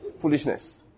foolishness